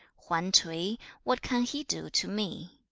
hwan t'ui what can he do to me